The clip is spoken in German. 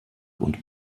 und